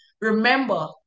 remember